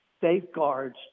safeguards